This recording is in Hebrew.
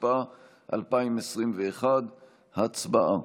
התשפ"א 2021. הצבעה.